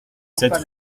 sept